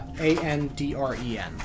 A-N-D-R-E-N